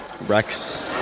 Rex